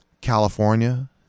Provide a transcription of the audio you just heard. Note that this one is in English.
California